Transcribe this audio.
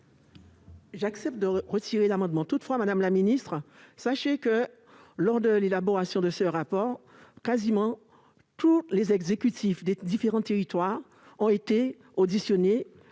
l'amendement n° 390 est-il maintenu ? Madame la ministre, sachez que, lors de l'élaboration de ce rapport, quasiment tous les exécutifs des différents territoires ont été auditionnés